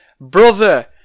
brother